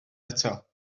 eto